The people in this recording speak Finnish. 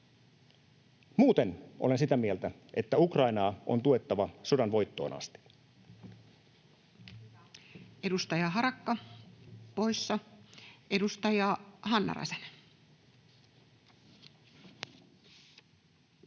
Muuten olen sitä mieltä, että Ukrainaa on tuettava sodan voittoon asti.